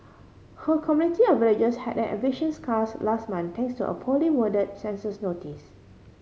her community of villagers had an eviction scares last month thanks to a poorly word census notice